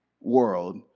world